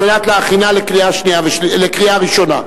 כדי להכינה לקריאה ראשונה.